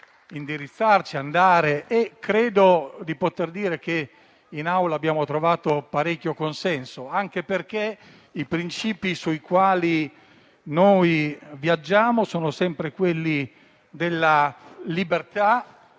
su cui procedere. Credo di poter dire che in Aula abbiamo trovato parecchio consenso, anche perché i principi sui quali noi viaggiamo sono sempre quelli della libertà